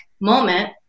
moment